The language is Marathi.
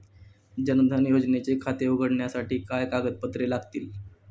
जनधन योजनेचे खाते उघडण्यासाठी काय काय कागदपत्रे लागतील?